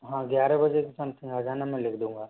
हाँ ग्यारह बजे के समथिंग आ जाना मैं लिख दूंगा